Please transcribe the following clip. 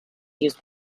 use